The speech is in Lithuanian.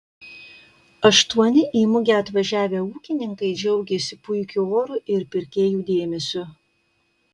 aštuoni į mugę atvažiavę ūkininkai džiaugėsi puikiu oru ir pirkėjų dėmesiu